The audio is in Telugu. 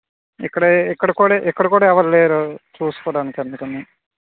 ఇక్కడే ఇక్కడ కూడా ఇక్కడ కూడా ఎవరు లేరు చుసుకోడానికి అందుకని